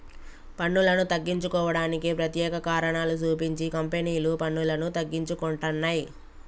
పన్నులను తగ్గించుకోవడానికి ప్రత్యేక కారణాలు సూపించి కంపెనీలు పన్నులను తగ్గించుకుంటున్నయ్